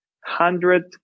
hundred